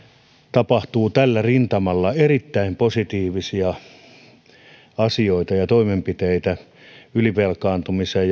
tapahtuu tällä rintamalla erittäin positiivisia asioita ja toimenpiteitä ylivelkaantumiseen